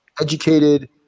educated